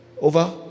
Over